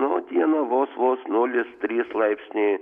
na o dieną vos vos nulis trys laipsniai